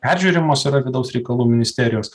peržiūrimos yra vidaus reikalų ministerijos